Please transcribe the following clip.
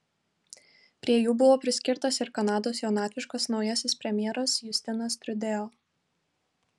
prie jų buvo priskirtas ir kanados jaunatviškas naujasis premjeras justinas trudeau